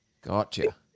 Gotcha